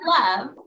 love